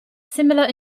similar